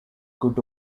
good